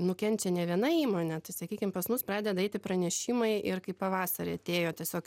nukenčia ne viena įmonė tai sakykim pas mus pradeda eiti pranešimai ir kai pavasarį atėjo tiesiog